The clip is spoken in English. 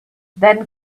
then